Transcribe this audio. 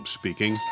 speaking